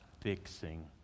fixing